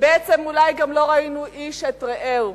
ובעצם אולי גם לא ראינו איש את רעהו.